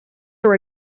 are